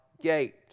gate